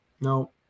No